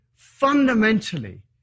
fundamentally